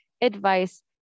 advice